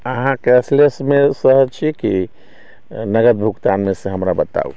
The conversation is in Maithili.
अहाँ कैशलेसमे सहज छी की नगद भुगतानमे सँ हमरा बताउ